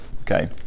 Okay